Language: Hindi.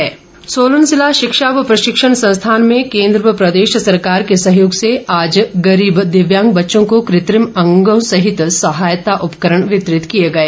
कुत्रिम उपकरण सोलन जिला शिक्षा व प्रशिक्षण संस्थान में केन्द्र व प्रदेश सरकार के सहयोग से आज गरीब दिव्यांग बच्चों को कृत्रिम अंगों सहित सहायता उपकरण वितरित किए गए